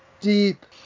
deep